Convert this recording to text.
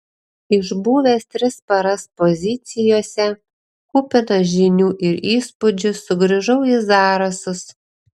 išbuvęs tris paras pozicijose kupinas žinių ir įspūdžių sugrįžau į zarasus